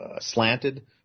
slanted